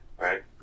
right